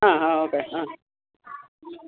ആ ആ ഓക്കെ ആ